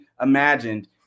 imagined